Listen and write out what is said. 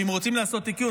ואם רוצים לעשות תיקון,